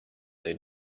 new